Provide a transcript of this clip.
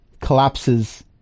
collapses